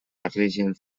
barregen